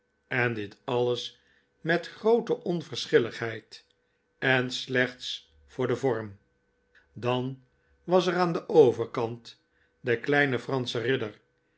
en dit alles met groote onverschilligheid en slechts voor den vorm dan was er aan den overkant de kleine fransche ridder